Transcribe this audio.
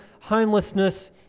homelessness